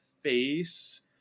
face